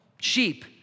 sheep